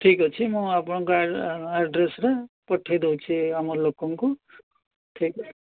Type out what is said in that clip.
ଠିକ୍ ଅଛି ମୁଁ ଆପଣଙ୍କ ଆଡ଼୍ ଆଡ଼୍ରେସରେ ପଠାଇ ଦଉଛି ଆମ ଲୋକଙ୍କୁ ଠିକ୍ ଅଛି